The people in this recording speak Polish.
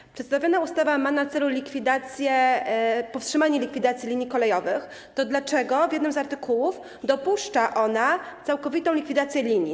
Skoro przedstawiona ustawa ma na celu powstrzymanie likwidacji linii kolejowych, to dlaczego w jednym z artykułów dopuszcza ona całkowitą tych likwidację linii?